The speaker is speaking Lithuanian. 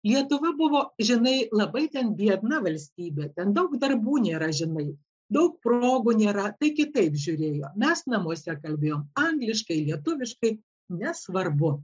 lietuva buvo žinai labai ten biedna valstybė ten daug darbų nėra žinai daug progų nėra tai kitaip žiūrėjo mes namuose kalbėjom angliškai lietuviškai nesvarbu